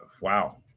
Wow